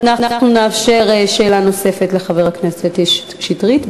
נאפשר שאלה נוספת לחבר הכנסת שטרית.